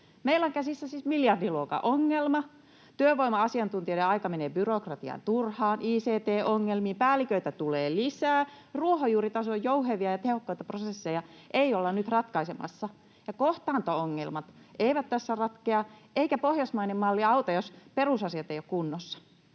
Meillä on käsissä siis miljardiluokan ongelma. Työvoima-asiantuntijoiden aika menee byrokratiaan turhaan, ict-ongelmiin, päälliköitä tulee lisää. Ruohonjuuritason jouhevia ja tehokkaita prosesseja ei olla nyt ratkaisemassa, ja kohtaanto-ongelmat eivät tässä ratkea, eikä pohjoismainen malli auta, jos perusasiat eivät ole kunnossa.